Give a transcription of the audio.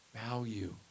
value